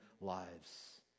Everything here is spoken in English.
lives